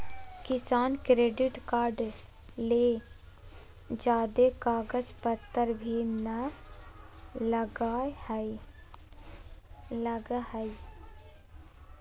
किसान credit card ले ज्यादे कागज पतर भी नय लगय हय